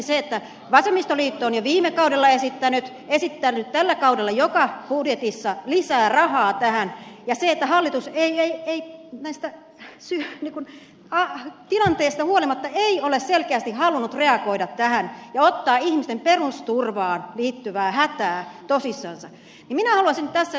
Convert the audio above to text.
koska vasemmistoliitto on jo viime kaudella esittänyt esittänyt tällä kaudella joka budjetissa lisää rahaa tähän ja hallitus ei näistä tilanteista huolimatta ole selkeästi halunnut reagoida tähän ja ottaa ihmisten perusturvaan liittyvää hätää tosissansa niin minä haluaisin tässä yhteydessä kysyä